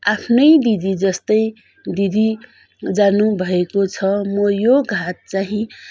आफ्नै दिदी जस्तै दिदी जानुभएको छ म यो घात चाहिँ